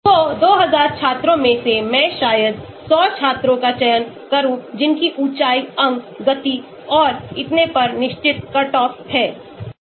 तो 2000 छात्रों में से मैं शायद 100 छात्रों का चयन करूँ जिनकी ऊँचाई अंग गति और इतने पर निश्चित कट ऑफ है